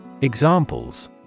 Examples